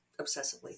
obsessively